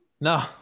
No